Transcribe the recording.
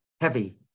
heavy